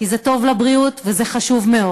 כי זה טוב לבריאות וזה חשוב מאוד.